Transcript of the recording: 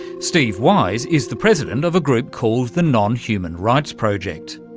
steve wise is the president of a group called the nonhuman rights project.